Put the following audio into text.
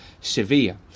sevilla